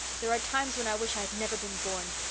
there are times when i wish i had never been born.